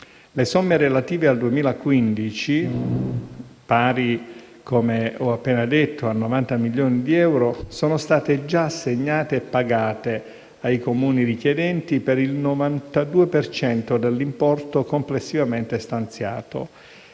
Le somme relative al 2015 pari - come appena detto - a 90 milioni di euro, sono state già assegnate e pagate ai Comuni richiedenti per il 92 per cento dell'importo complessivamente stanziato.